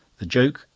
the joke,